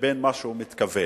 לבין מה שהוא מתכוון.